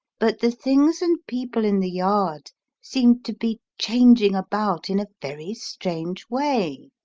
but the things and people in the yard seemed to be changing about in a very strange way.